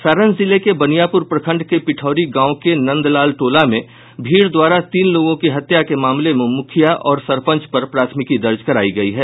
सारण जिले के बनियापुर प्रखंड के पिठौरी गांव के नंनदलाल टोला में भीड़ द्वारा तीन लोगों की हत्या के मामले में मुखिया और सरपंच पर प्राथमिक दर्ज करायी गयी है